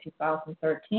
2013